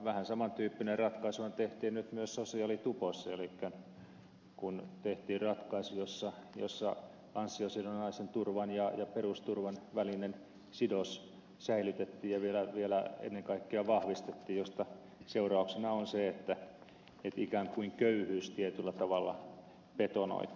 vähän saman tyyppinen ratkaisuhan tehtiin nyt myös sosiaalitupossa elikkä kun tehtiin ratkaisu jossa ansiosidonnaisen turvan ja perusturvan välinen sidos säilytettiin ja vielä ennen kaikkea vahvistettiin seurauksena on se että ikään kuin köyhyys tietyllä tavalla betonoitiin